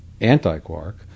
anti-quark